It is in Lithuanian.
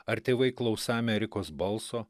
ar tėvai klausą amerikos balso